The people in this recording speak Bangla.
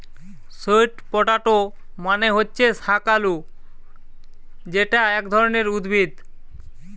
স্যুট পটেটো মানে হচ্ছে শাকালু যেটা এক ধরণের উদ্ভিদ